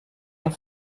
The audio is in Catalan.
amb